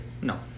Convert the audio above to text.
No